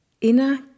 inner